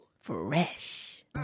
Fresh